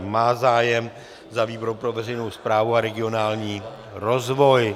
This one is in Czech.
Má zájem za výbor pro veřejnou správu a regionální rozvoj.